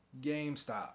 GameStop